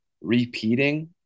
repeating –